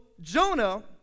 Jonah